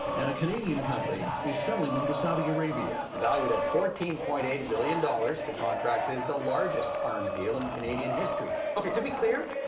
and a canadian company is selling them to saudi arabia. valued at fourteen point eight billion dollars, the contract is the largest arms deal in canadian history. okay, to be clear,